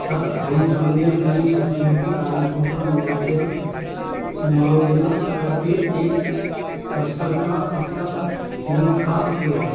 س ہم سب نے اپنی چھٹیوں کی تاریخوں کا معاوضہ موازنہ کر کے ایک مشترکہ ہفتہ منتخب کیا